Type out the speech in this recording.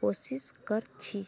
कोशिश कर छि